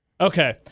Okay